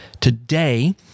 today